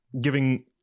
giving